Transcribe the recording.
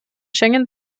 schengen